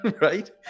right